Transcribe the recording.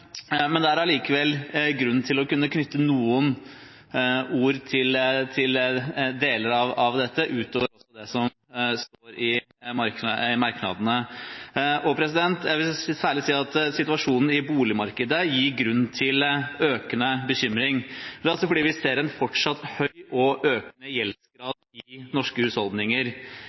men det er likevel grunn til å knytte noen ord til deler av dette utover det som står i merknadene. Situasjonen i boligmarkedet gir grunn til økende bekymring fordi vi fortsatt ser en høy og økende